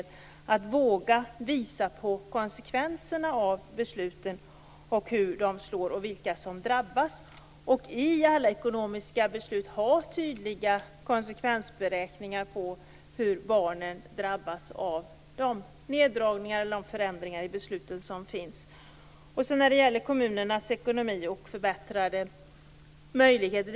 Det gäller alltså att våga visa på konsekvenserna av besluten, hur besluten slår och vilka som drabbas. I alla ekonomiska beslut gäller det att ha tydliga konsekvensberäkningar på hur barnen drabbas av neddragningar eller förändringar i samband med olika beslut. Sedan vill jag säga några ord om kommunernas ekonomi och förbättrade möjligheter.